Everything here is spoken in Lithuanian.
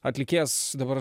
atlikėjas dabar